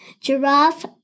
Giraffe